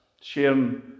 sharing